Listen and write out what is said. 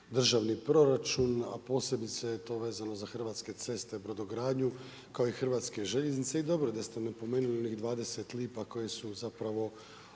državni proračun, a posebice je to vezano za hrvatske ceste, brodogradnju, kao i hrvatske željeznice i dobro je da se napomenuli onih 20 lipa koje su zapravo